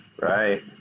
right